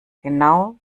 genau